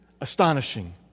astonishing